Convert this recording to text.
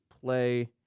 play